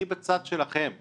אני בצד שלכם.